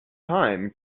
time